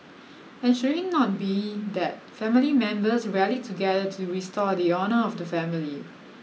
and should it not be that family members rally together to restore the honour of the family